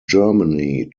germany